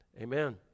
amen